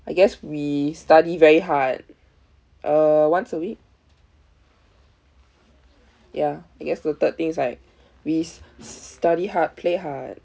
I guess we study very hard uh once a week ya I guess the third thing is like we s~ study hard play hard